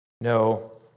No